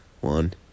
one